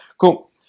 Cool